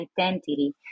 identity